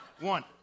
one